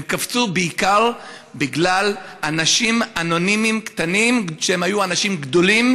הן קפצו בעיקר בגלל אנשים אנונימיים קטנים שהיו אנשים גדולים,